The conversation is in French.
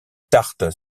tarte